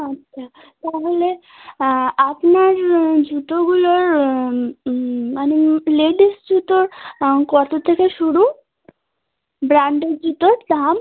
আচ্ছা তাহলে আপনার জুতোগুলোর মানে লেডিস জুতোর কতো থেকে শুরু ব্র্যান্ডেড জুতোর দাম